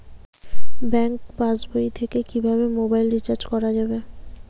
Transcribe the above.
Bank পাশবই থেকে কিভাবে মোবাইল রিচার্জ করা যাবে?